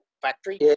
Factory